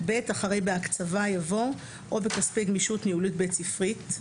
אחרי "בהקצבה" יבוא "או בכספי גמישות ניהולית בית ספרית",